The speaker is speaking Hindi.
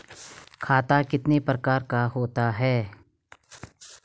खाता कितने प्रकार का होता है?